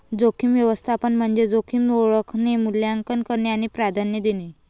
जोखीम व्यवस्थापन म्हणजे जोखीम ओळखणे, मूल्यांकन करणे आणि प्राधान्य देणे